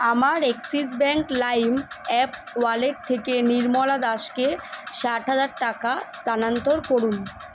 আমার Axis bank lime app wallet থেকে নির্মলা দাসকে ষাট হাজার টাকা স্থানান্তর করুন